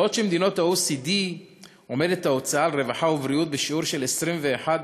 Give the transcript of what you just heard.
בעוד במדינות ה-OECD ההוצאה על רווחה ובריאות היא בשיעור 21.6%,